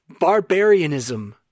barbarianism